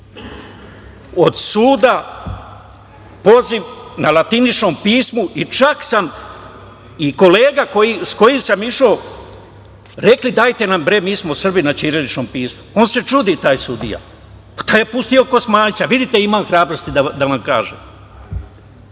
od suda poziv na latiničnom pismu, čak i kolega sa kojim sam išao rekli, dajte, mi smo Srbi, na ćiriličnom pismu. On se čudi, taj sudija. Taj je pustio Kosmajca. Vidite, imam hrabrosti da vam kažem.